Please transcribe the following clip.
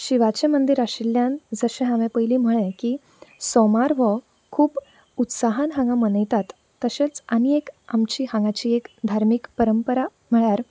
शिवाचें मंदीर आशिल्ल्यान जशें हांवेन पयलीं म्हळें की सोमार वो खूब उत्साहान हांगा मनयतात तशेंच आनीक एक हांगाची एक धार्मीक परंपरा म्हळ्यार